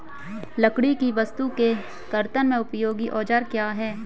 लकड़ी की वस्तु के कर्तन में उपयोगी औजार क्या हैं?